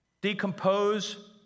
decompose